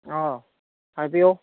ꯑꯥꯎ ꯍꯥꯏꯕꯤꯌꯨ